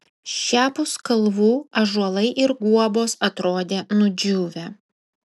šiapus kalvų ąžuolai ir guobos atrodė nudžiūvę